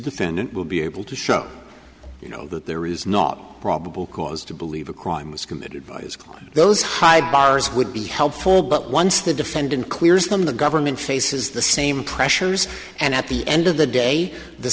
defendant will be able to show you know that there is not probable cause to believe a crime was committed by those high bars would be helpful but once the defendant clears them the government faces the same pressures and at the end of the day the